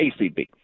ACB